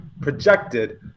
projected